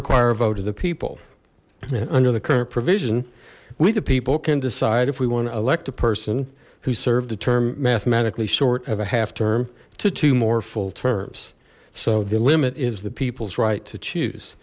require a vote of the people under the current provision we the people can decide if we want to elect a person who served the term mathematically short of a half term to two more full terms so the limit is the people's right to